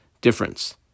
difference